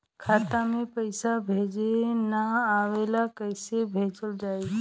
खाता में पईसा भेजे ना आवेला कईसे भेजल जाई?